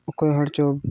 ᱚᱠᱚᱭ ᱦᱚᱲ ᱪᱚ